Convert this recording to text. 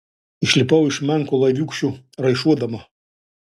išlipau iš menko laiviūkščio raišuodama